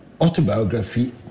autobiography